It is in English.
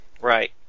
Right